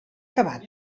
acabat